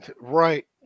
Right